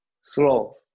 slow